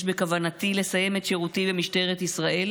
יש בכוונתי לסיים את שירותי במשטרת ישראל